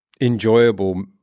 enjoyable